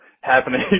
happening